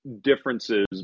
differences